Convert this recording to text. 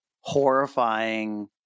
horrifying